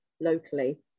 locally